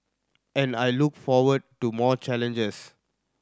and I look forward to more challenges